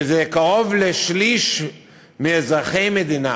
שזה קרוב לשליש מאזרחי המדינה,